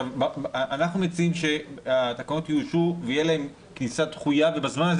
אנחנו מציעים שהתקנות יאושרו ותהיה להם כניסה דחויה ובזמן הזה